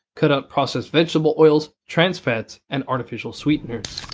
cut out processed vegetable oils, trans fats and artificial sweeteners.